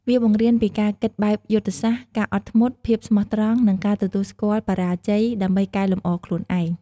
វាបង្រៀនពីការគិតបែបយុទ្ធសាស្ត្រ ការអត់ធ្មត់ ភាពស្មោះត្រង់ និងការទទួលស្គាល់បរាជ័យ ដើម្បីកែលម្អខ្លួនឯង។